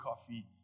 coffee